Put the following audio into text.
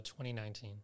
2019